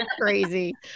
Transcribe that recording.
crazy